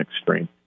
extreme